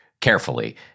carefully